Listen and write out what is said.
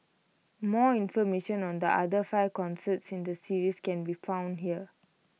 more information on the other five concerts in the series can be found here